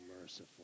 merciful